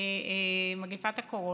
מגפת הקורונה,